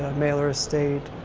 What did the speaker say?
the, ah, mailer's estate,